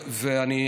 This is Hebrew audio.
יש עלייה.